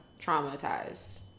traumatized